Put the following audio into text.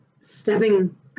stepping